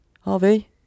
Harvey